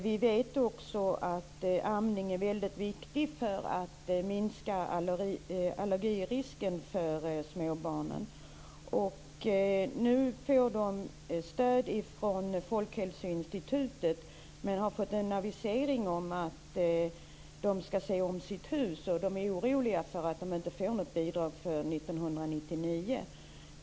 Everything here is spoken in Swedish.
Vi vet att amning är väldigt viktig för att minska allergirisken för småbarnen. Organisationen får stöd från Folkhälsoinstitutet men har nu fått en avisering om att se om sitt hus och är orolig för att den inte får något bidrag för 1999.